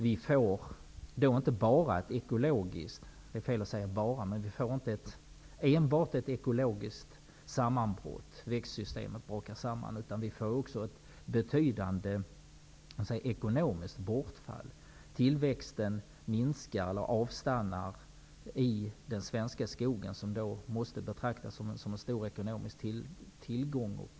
Vi får då inte enbart ett ekologiskt sammanbrott. Vi får också ett betydande ekonomiskt bortfall. Tillväxten i den svenska skogen minskar eller avstannar. Den svenska skogen måste betraktas som en stor ekonomisk tillgång.